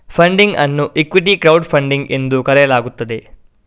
funding ಅನ್ನು equity crowd funding ಎಂದು ಕರೆಯಲಾಗುತ್ತದೆ